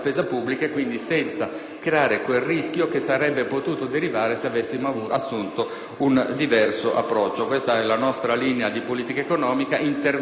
creare quel rischio che sarebbe potuto derivare se avessimo assunto un diverso approccio. Questa è la nostra linea di politica economica: interventi sì, ma, ai sensi